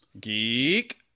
Geek